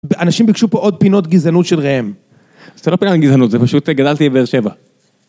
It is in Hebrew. אנשים ביקשו פה עוד פינות גזענות של ראם. זה לא פינות גזענות, זה פשוט גדלתי בבאר שבע.